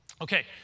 Okay